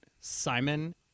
Simon